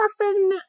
often